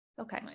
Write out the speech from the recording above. Okay